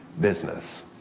business